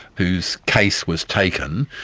whose case was taken,